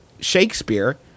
Shakespeare